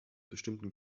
bestimmten